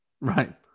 right